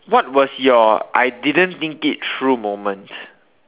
what was your I didn't think it through moment